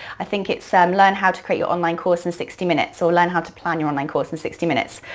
i think it's, um learn how to create your online course in sixty minutes or so learn how to plan your online course in sixty minutes,